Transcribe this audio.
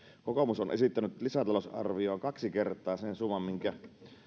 kokoomus on esittänyt lisätalousarvioon kaksi kertaa sen summan minkä